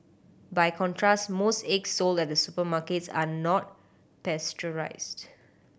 by contrast most eggs sold at supermarkets are not pasteurised